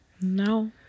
No